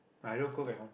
i don't cook at home